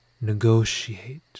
Negotiate